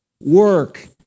work